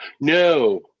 No